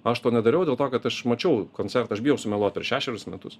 aš to nedariau dėl to kad aš mačiau koncertą aš bijau sumeluot per šešerius metus